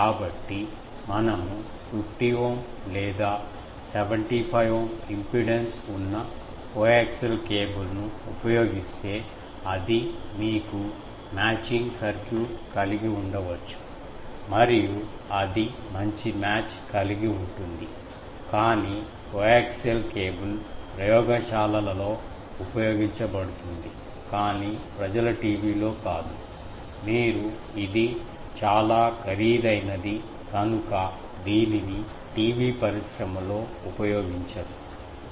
కాబట్టి మనము 50 ఓం లేదా 75 ఓం ఇంపిడెన్స్ ఉన్న కోయాక్సియల్ కేబుల్ ను ఉపయోగిస్తే అది మీకు మ్యాచింగ్ సర్క్యూట్ కలిగి ఉండవచ్చు మరియు అది మంచి మ్యాచ్ కలిగి ఉంటుంది కాని కోయాక్సియల్ కేబుల్ ప్రయోగశాలలలో ఉపయోగించబడుతుంది కాని ప్రజల టీవీ లో కాదు మీరు ఇది చాలా ఖరీదైనది కనుక దీనిని టీవీ పరిశ్రమ లో ఉపయోగించరు